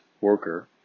worker